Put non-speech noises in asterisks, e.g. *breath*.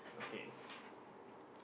okay *breath*